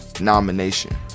Nomination